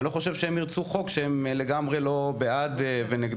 אני לא חושב שהם ירצו חוק שהם לגמרי לא בעד ונגדו,